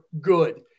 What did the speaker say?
good